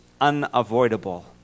unavoidable